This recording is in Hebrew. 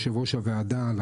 יו"ר הוועדה.